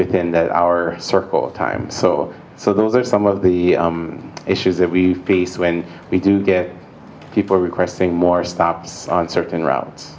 within that our circle of time so so those are some of the issues that we face when we do get people requesting more stops on certain r